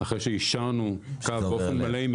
אחרי שיישרנו קו באופן מלא עם